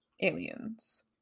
aliens